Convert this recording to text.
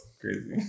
crazy